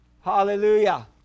Hallelujah